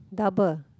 double